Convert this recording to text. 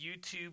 YouTube